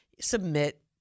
submit